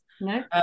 No